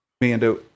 Mando